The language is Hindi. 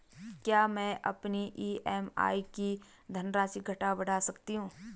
क्या मैं अपनी ई.एम.आई की धनराशि घटा बढ़ा सकता हूँ?